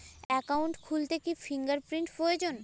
Account খুলতে কি fingerprint প্রয়োজন?